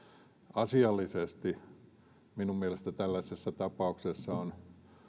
asiallisesti minun mielestäni tällaisessa tapauksessa on